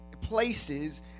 places